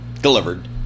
delivered